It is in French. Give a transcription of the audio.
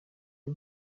des